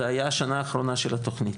זה היה בשנה האחרונה של התכנית.